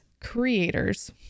creators